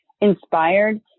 inspired